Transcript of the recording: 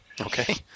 Okay